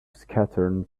scattered